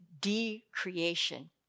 de-creation